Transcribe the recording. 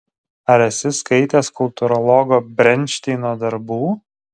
ar esi skaitęs kultūrologo brenšteino darbų